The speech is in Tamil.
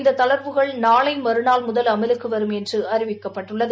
இந்த தளர்வுகள் நாளை மறுநாள் முதல் அமலுக்கு வரும் என்று அறிவிக்கப்பட்டுள்ளது